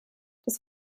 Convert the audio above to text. des